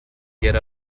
get